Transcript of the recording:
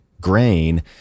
grain